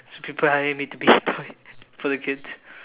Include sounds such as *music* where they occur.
so people want me to be a toy *laughs* for their kids